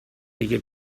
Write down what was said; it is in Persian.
دیگر